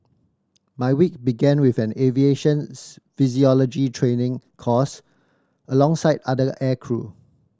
my week began with an aviation physiology training course alongside other aircrew